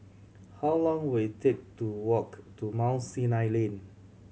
how long will it take to walk to Mount Sinai Lane